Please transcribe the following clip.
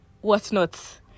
whatnot